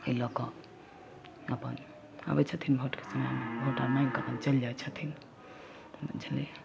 एहि लऽ कऽ अपन आबै छथिन भोटके समयमे भोट माँगि कऽ अपन चलि जाइ छथिन बुझलियै